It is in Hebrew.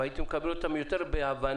אבל הייתי מקבל אותם יותר בהבנה